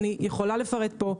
אני יכולה לפרט פה,